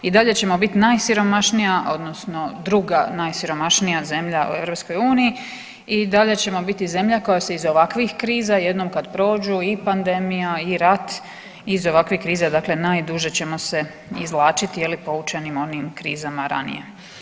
I dalje ćemo biti najsiromašnija, odnosno druga najsiromašnija zemlja u EU i dalje ćemo biti zemlja koja se iz ovakvih kriza jednom kad prođu i pandemija i rat iz ovakvih kriza, dakle najduže ćemo se izvlačiti poučeni onim krizama ranije.